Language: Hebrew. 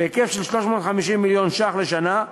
בהיקף 350 מיליון לשנה,